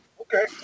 okay